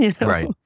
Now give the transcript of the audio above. right